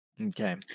Okay